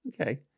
Okay